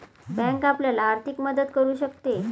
bank आपल्याला आर्थिक मदत करू शकते